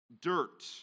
dirt